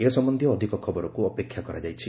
ଏ ସମ୍ଭନ୍ଧୀୟ ଅଧିକ ଖବରକୁ ଅପେକ୍ଷା କରାଯାଇଛି